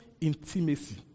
intimacy